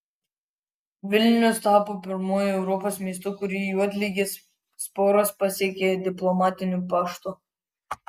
vilnius tapo pirmuoju europos miestu kurį juodligės sporos pasiekė diplomatiniu paštu